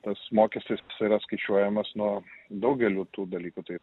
tas mokestis yra skaičiuojamas nuo daugelių tų dalykų tai